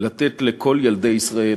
לתת לכל ילדי ישראל,